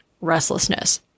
restlessness